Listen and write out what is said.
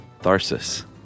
Tharsis